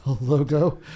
logo